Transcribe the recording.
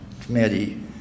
committee